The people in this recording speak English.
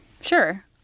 Sure